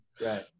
right